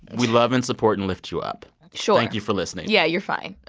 we love and support and lift you up sure thank you for listening yeah, you're fine.